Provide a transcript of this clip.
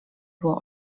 było